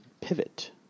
pivot